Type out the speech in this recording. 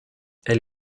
elle